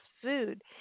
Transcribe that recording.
food